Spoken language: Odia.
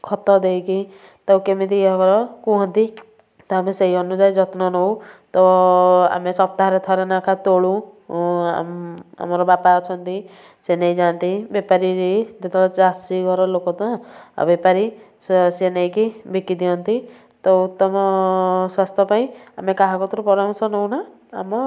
ଖତ ଦେଇକି ତ କେମିତି ଇଏ ହବ କୁହନ୍ତି ତ ଆମେ ସେଇ ଅନୁଯାୟୀ ଯତ୍ନ ନଉ ତ ଆମେ ସପ୍ତାହରେ ଥରେ ନେଖା ତୋଳୁ ଆମ ଆମର ବାପା ଅଛନ୍ତି ସେ ନେଇ ଯାଆନ୍ତି ବେପାରୀ ଯେତେବେଳେ ଚାଷୀ ଘର ଲୋକ ତ ଆଉ ବେପାରୀ ସ ସେ ନେଇକି ବିକି ଦିଅନ୍ତି ତ ଉତ୍ତମ ସ୍ୱାସ୍ଥ୍ୟ ପାଇଁ ଆମେ କାହା କତୁରୁ ପରାମର୍ଶ ନଉନା ଆମ